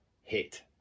hit